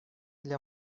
для